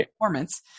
performance